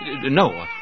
No